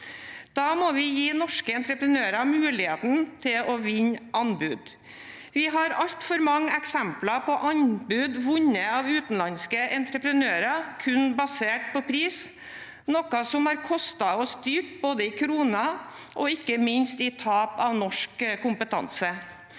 Da må vi gi norske entreprenører muligheten til å vinne anbud. Vi har altfor mange eksempler på anbud vunnet av utenlandske entreprenører kun basert på pris, noe som har kostet oss dyrt i både kroner og ikke minst tap av norsk kompetanse.